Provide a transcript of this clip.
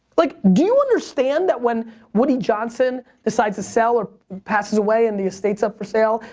like, do you understand that when woody johnson decides to sell, or passes away, and the estate's up for sale,